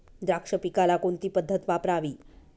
द्राक्ष पिकाला कोणती पद्धत वापरावी?